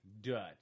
Dutch